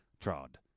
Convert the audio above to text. trod